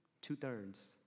Two-thirds